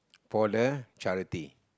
for the charity